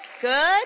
Good